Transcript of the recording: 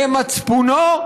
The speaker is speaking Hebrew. למצפונו,